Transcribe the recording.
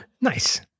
Nice